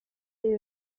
avait